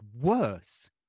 Worse